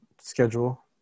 schedule